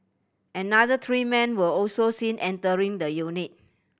another three men were also seen entering the unit